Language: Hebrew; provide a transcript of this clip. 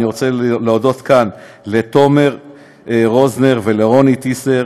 אני רוצה להודות כאן לתומר רוזנר ולרוני טיסר,